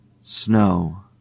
SNOW